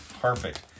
perfect